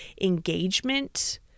engagement